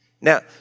Now